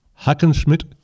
Hackenschmidt